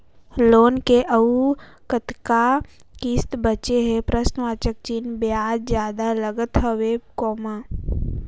Loan के अउ कतका किस्त बांचें हे? ब्याज जादा लागत हवय,